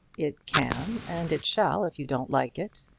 it can and it shall, if you don't like it.